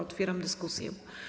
Otwieram dyskusję.